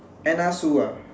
Anna Sue ah